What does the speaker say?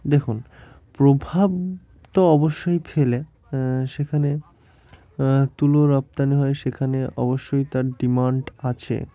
দেখুন প্রভাব তো অবশ্যই ফেলে সেখানে তুলো রপ্তানি হয় সেখানে অবশ্যই তার ডিমান্ড আছে